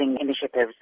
initiatives